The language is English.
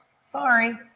Sorry